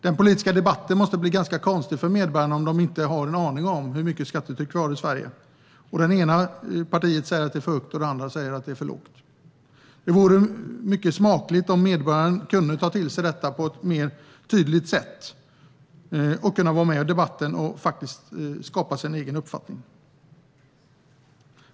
Den politiska debatten måste bli ganska konstig för medborgarna om de inte har en aning om vilket skattetryck vi har i Sverige och det ena partiet säger att det är för högt och det andra att det är för lågt. Det vore mycket smakligt om medborgarna kunde ta till sig detta på ett mer tydligt sätt, vara med i debatten och faktiskt skapa sig en egen uppfattning.